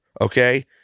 okay